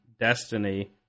Destiny